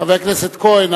חבר הכנסת כהן,